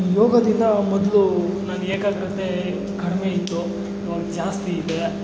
ಯೋಗದಿಂದ ಮೊದಲು ನಾನು ಏಕಾಗ್ರತೆ ಕಡಿಮೆ ಇತ್ತು ಇವಾಗ ಜಾಸ್ತಿ ಇದೆ